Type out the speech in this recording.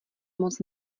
moc